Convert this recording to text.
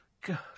Good